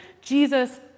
Jesus